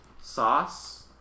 sauce